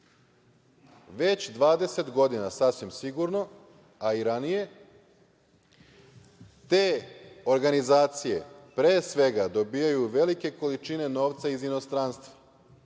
20 godina, sasvim sigurno, a i ranije, te organizacije pre svega dobijaju velike količine novca iz inostranstva.